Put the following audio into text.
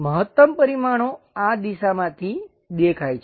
મહત્તમ પરિમાણો આ દિશામાંથી દેખાય છે